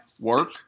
Work